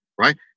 right